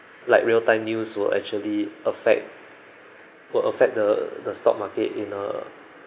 like real time news will actually affect will affect the the stock market in a